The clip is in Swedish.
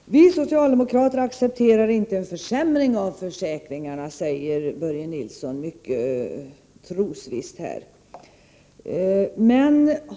Herr talman! Vi socialdemokrater accepterar inte en försämring av försäkringarna, säger Börje Nilsson mycket trosvisst.